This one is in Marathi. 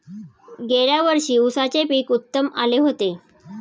गेल्या वर्षी उसाचे पीक उत्तम आले होते